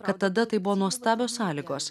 kad tada tai buvo nuostabios sąlygos